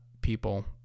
people